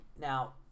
Now